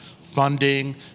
funding